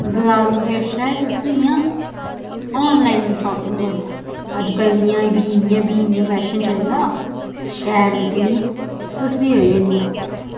बजारु ते अच्छा ऐ तुस इ'यां आनलाइन शापिंग करो अज्जकल इ'यां बी इ'यां फैशन चले दा शैल निकली तुस बी होइयै लेई आओ